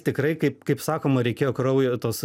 tikrai kaip kaip sakoma reikėjo kraujo tuos